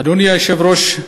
אדוני היושב-ראש,